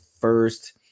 first